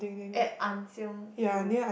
at Ann-Siang-Hill